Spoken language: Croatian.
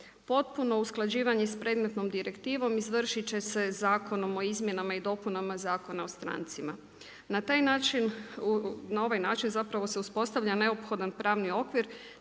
Potpuno usklađivanje s predmetnom direktivom izvršit će se zakonom o izmjenama i dopunama Zakona o strancima. Na taj način, na ovaj način se uspostavlja neophodni pravni okvir